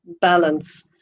balance